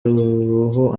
uruhu